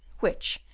which,